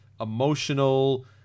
emotional